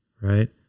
right